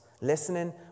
Listening